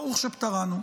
ברוך שפטרנו.